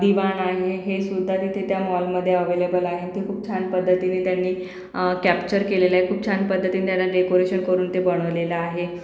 दिवाण आहे हेसुद्धा तिथे त्या मॉलमद्धे अवेलेबल आहे ते खूप छान पद्धतीने त्यांनी कॅप्चर केलेले आहे खूप छान पद्धतीनं त्याला लेकोरेशन करून ते बनवलेलं आहे